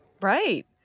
Right